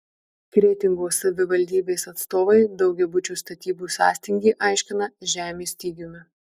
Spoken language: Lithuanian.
kretingos savivaldybės atstovai daugiabučių statybų sąstingį aiškina žemės stygiumi